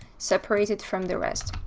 separate it from the rest,